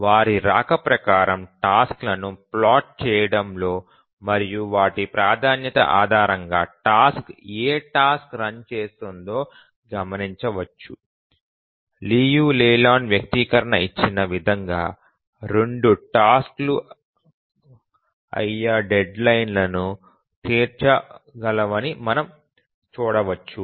వారి రాక ప్రకారం టాస్క్ లను ప్లాట్ చేయడంలో మరియు వాటి ప్రాధాన్యత ఆధారంగా టాస్క్ ఏ టాస్క్ రన్ చేస్తుందో గమనించవచ్చు లియు లేలాండ్ వ్యక్తీకరణ ఇచ్చిన విధంగా రెండు టాస్క్ లు ఆయా డెడ్లైన్ లను తీర్చగలవని మనం చూడవచ్చు